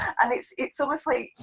and it's, it's almost like,